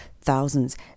thousands